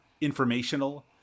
informational